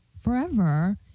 forever